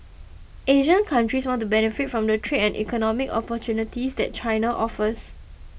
Asian countries want to benefit from the trade and economic opportunities that China offers